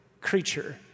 creature